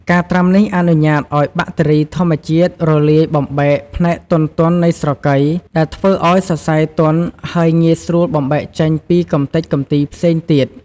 ការត្រាំនេះអនុញ្ញាតឱ្យបាក់តេរីធម្មជាតិរលាយបំបែកផ្នែកទន់ៗនៃស្រកី ដែលធ្វើឱ្យសរសៃទន់ហើយងាយស្រួលបំបែកចេញពីកម្ទេចកម្ទីផ្សេងទៀត។